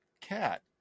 cat